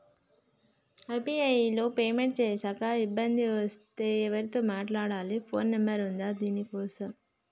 UPI లో payment చేశాక ఇబ్బంది వస్తే ఎవరితో మాట్లాడాలి? ఫోన్ నంబర్ ఉందా దీనికోసం?